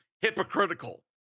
hypocritical